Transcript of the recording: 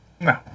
No